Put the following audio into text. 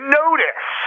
notice